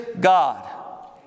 God